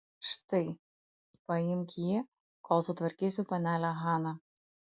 štai paimk jį kol sutvarkysiu panelę haną